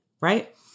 right